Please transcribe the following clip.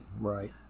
Right